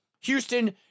Houston